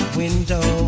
window